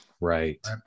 Right